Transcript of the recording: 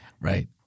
Right